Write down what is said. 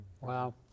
Wow